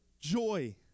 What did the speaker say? joy